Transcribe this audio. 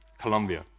Colombia